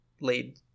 laid